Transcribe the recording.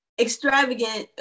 extravagant